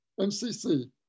MCC